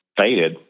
Faded